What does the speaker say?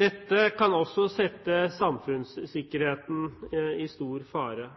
Dette kan sette samfunnssikkerheten i stor fare.